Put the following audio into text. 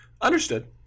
Understood